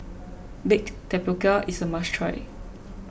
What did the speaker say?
Baked Tapioca is a must try